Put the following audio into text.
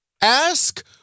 ask